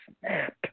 snap